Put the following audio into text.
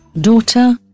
daughter